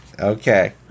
Okay